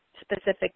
specific